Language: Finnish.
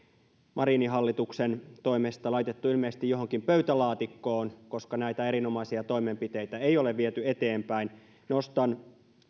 marinin hallituksen toimesta laitettu ilmeisesti johonkin pöytälaatikkoon koska näitä erinomaisia toimenpiteitä ei ole viety eteenpäin nostan